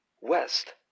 West